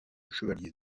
chevalier